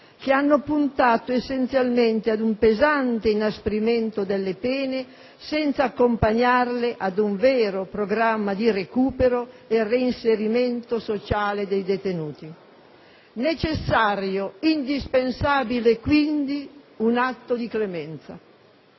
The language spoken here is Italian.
che hanno puntato essenzialmente ad un pesante inasprimento delle pene, senza accompagnarle ad un vero programma di recupero e al reinserimento sociale dei detenuti. È necessario, indispensabile, quindi, un atto di clemenza.